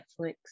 Netflix